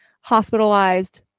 hospitalized